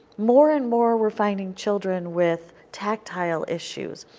more and more we are finding children with tactile issues.